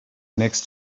next